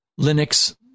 Linux